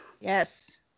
Yes